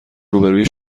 روبروی